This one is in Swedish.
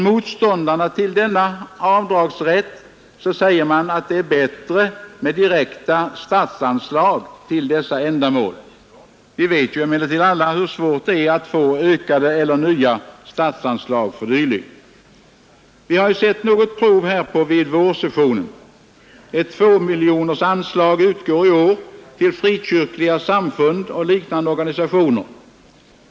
Motståndarna till denna avdragsrätt säger att det är bättre med direkta statsanslag för dessa ändamål. Vi vet emellertid alla hur svårt det är att få ökade eller nya statsanslag för dessa önskemål. Vi har emellertid sett något prov härpå under vårsessionen. Ett tvåmiljonersanslag utgår i år till frikyrkliga samfund och liknande organisationer.